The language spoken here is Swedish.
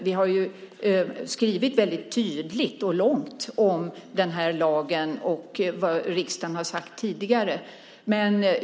Vi har skrivit väldigt tydligt och långt om den här lagen och vad riksdagen har sagt tidigare.